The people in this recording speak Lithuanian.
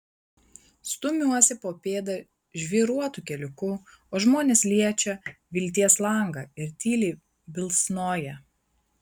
stumiuosi po pėdą žvyruotu keliuku o žmonės liečia vilties langą ir tyliai bilsnoja